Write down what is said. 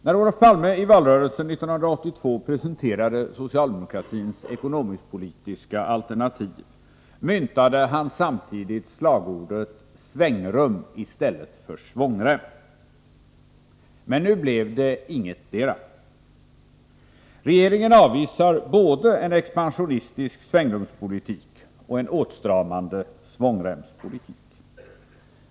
När Olof Palme i valrörelsen 1982 presenterade socialdemokratins ekonomisk-politiska alternativ myntade han samtidigt slagordet svängrum i stället för svångrem. Men nu blev det ingetdera. Regeringen avvisar både en expansionistisk svängrumspolitik och en åtstramande svångremspolitik.